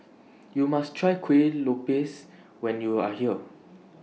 YOU must Try Kuih Lopes when YOU Are here